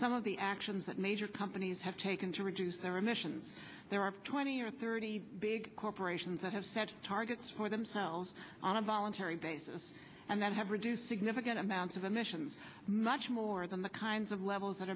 some of the actions that major companies have taken to reduce their emissions there are twenty or thirty big corporations that have set targets for themselves on a voluntary basis and that have reduced significant amounts of emissions much more than the kinds of levels that